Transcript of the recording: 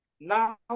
now